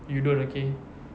you don't okay